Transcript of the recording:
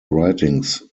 writings